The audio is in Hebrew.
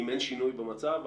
אם אין שינוי במצב,